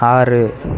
ஆறு